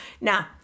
Now